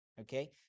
Okay